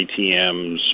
ATMs